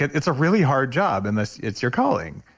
it's a really hard job unless it's your calling,